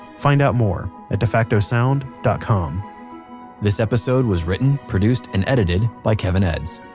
find out more at defactosound dot com this episode was written, produced, and edited by kevin edds,